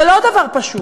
זה לא דבר פשוט.